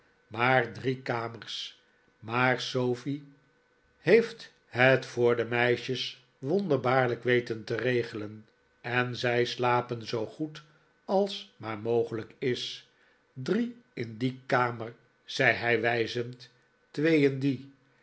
maar drie kamers maar sofie heeft het voor de meisjes wonderbaarlijk weten te regelen en zij slapen zoo goed als maar mogelijk is drie in die kamer zei hij wijzend twee in die